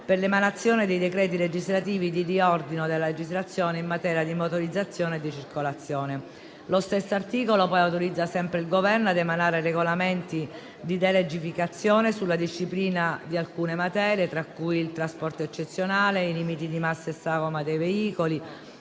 per l'emanazione di decreti legislativi di riordino della legislazione in materia di motorizzazione e circolazione. Lo stesso articolo, poi, autorizza il Governo a emanare regolamenti di delegificazione della disciplina di alcune materie, tra cui il trasporto eccezionale, i limiti di massa e sagoma dei veicoli